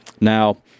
now